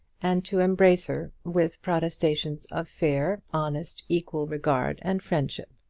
and to embrace her with protestations of fair, honest, equal regard and friendship.